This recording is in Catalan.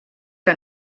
que